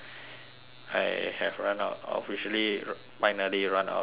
I have run out officially finally run out of things to say